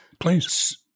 Please